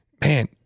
man